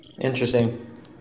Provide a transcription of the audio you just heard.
interesting